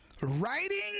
writing